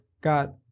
got